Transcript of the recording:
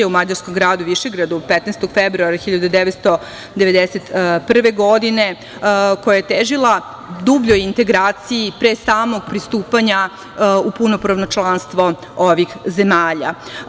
U Mađarskom gradu Višegradu 15. februara 1991. godine, koja je težila dubljoj integraciji i pre samog pristupanja u punopravno članstvo ovih zemalja.